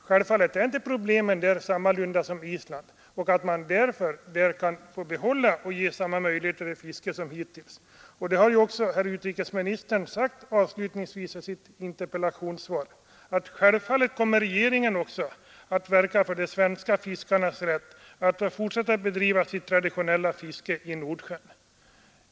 Självfallet är problemen för dem inte desamma som för Island, och man kan väl därför behålla de betingelser och gränser för fisket som hittills gällt. Herr utrikesministern har avslutningsvis sagt i sitt svar att självfallet kommer regeringen också att verka för de svenska fiskarnas rätt att fortsätta att bedriva sitt traditionella fiske i Nordsjön.